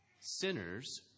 Sinners